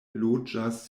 loĝas